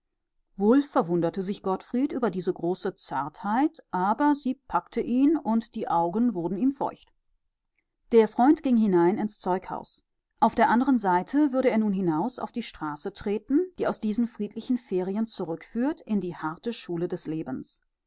wohl verwunderte sich gottfried über diese große zartheit aber sie packte ihn und die augen wurden ihm feucht der freund ging hinein ins zeughaus auf der anderen seite würde er nun hinaus auf die straße treten die aus diesen friedlichen ferien zurückführt in die harte schule des lebens